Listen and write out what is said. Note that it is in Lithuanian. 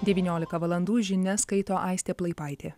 devyniolika valandų žinias skaito aistė plaipaitė